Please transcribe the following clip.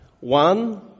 One